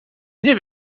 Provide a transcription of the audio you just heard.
nie